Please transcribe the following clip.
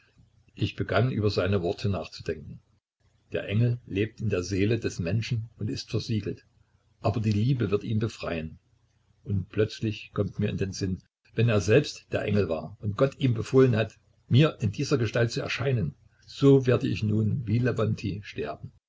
ich begann über seine worte nachzudenken der engel lebt in der seele des menschen und ist versiegelt aber die liebe wird ihn befreien und plötzlich kommt mir in den sinn wenn er selbst der engel war und gott ihm befohlen hat mir in dieser gestalt zu erscheinen so werde ich nun wie lewontij sterben